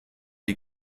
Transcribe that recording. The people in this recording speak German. die